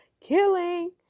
killing